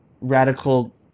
radical